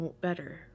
better